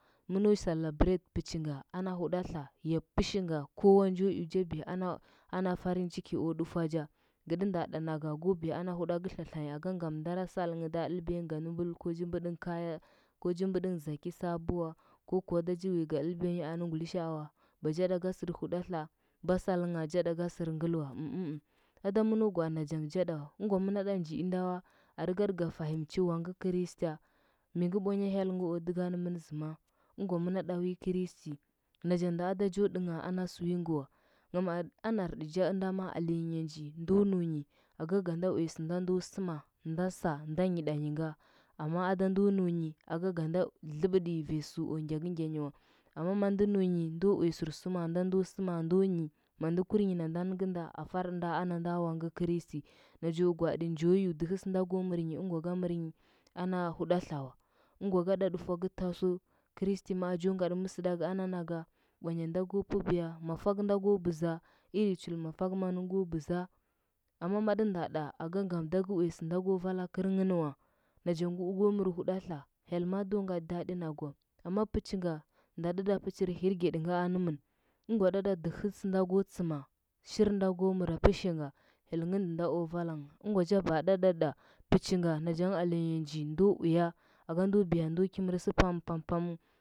Mɚno celebrate bijinga ana huɗatla- ya pishinga kowa njo i jo biya ana farinciki o ɗufuaja ngɚ ɗɚ nda ɗa naga go huɗagɚ tlatlanyi aka ngam ndara salngh da ɗɚlɚbiyanghɚ gadɚmbulu ko ji mbɚɗɚngh kaya ka ja bɚɗɚngh dzaki sabu wa, ko kuwa da ji uya ga mbɚdɚnyi nɚ ngulisaa wa ba ja ɗaga sɚr huɗatla ba salngha ja ɗa ga sɚrnglɚ wa ada mɚnɚ gwaa nachanghel ja ɗa wa ɚngwa mɚna ɗa ga jiinda a riga ɗa ga fahimci wangɚ kristiya mingɚ bwanya hyelngo dɚka nɚmɚn sɚma? ɚngwa mɚna ɗa wi kristi nachanda aɗa cilo ɗangha na sɚ wingɚ wa njama anarɗicha ɚnda alenya nji ndo nunyi aka ganda uya sɚnda ndo sɚma, nda sa nda nyi ɗamiya nga ammaada ndo nunyi aga ganda dɚkɚɗɚny vanyi sɚu o ngyakɚngyanyi wa amma mando nunyi ndo uyo sursum nda ndo sɚma, ndo nyi manda gɚrnyi nanda nɚgɚnda farɗɚnda ana nda wangɚ kristi najo gwaaɗi njo eu dɚhɚ sɚnda go mɚrnyi ɚngwa ga da mɚrayi ana huɗatla wa ɚngwa ga ɗa ɗufuagɚ tasu, kristi ma ji ngaɗi mɚgɚɗagɚ ana naga, bwanya da go pɚbiya, mafagɚ nda go bɚza, irin jul mafagɚ mangɚ go bɚ za amma matɚ nda ɗa aka ngam ada ga uya bɚnda go vala gɚrɚngh nɚwa, najangɚ go mɚr huɗatla hyel ma da ngatɚ daɗi nagɚ wa amma pichinga ɗaɗi ka pichir hirgedi ga anɚmɚn ɚngwa da ɗa dɚhɚ sɚnda go tsɚma, shirnda go mɚr pɚshinga hyelngɚ ndɚnda o valangha ɚngwa cha ba chada ɗa pɚchinga nachangɚ alenya nji ndo uya aka ndo biya ndo ki mɚrsɚ pam pam pamu.